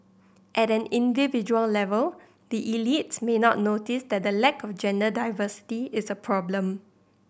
at an individual level the elites may not notice that the lack of gender diversity is a problem